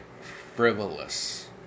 frivolous